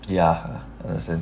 ya